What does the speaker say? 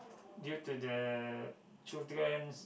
due to the children